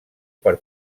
per